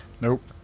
nope